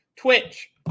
Twitch